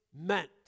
meant